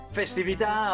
festività